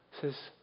says